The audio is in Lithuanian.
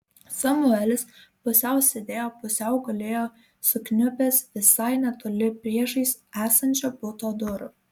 samuelis pusiau sėdėjo pusiau gulėjo sukniubęs visai netoli priešais esančio buto durų